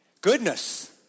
Goodness